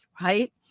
Right